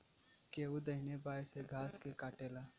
केहू दहिने बाए से घास के काटेला